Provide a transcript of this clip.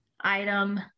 item